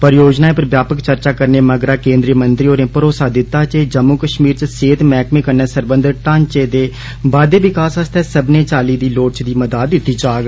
परियोजनाएं पर व्यापक चर्चा करने मगरा केन्द्रीय मंत्री होरें भरोसा दित्ता जे जम्मू कश्मीर च सेहत मैह्कमें कन्नै सरबंघत ढ़ांचे दे बाद्दे विकास आस्तै सब्मनें चाल्ली दी लोड़चदी मदाद दित्ती जाग